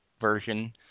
version